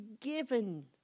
given